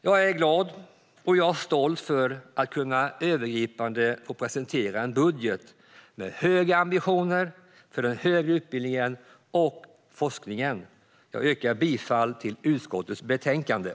Jag är glad och stolt över att övergripande få presentera en budget med höga ambitioner för den högre utbildningen och forskningen. Jag yrkar bifall till utskottets förslag i betänkandet.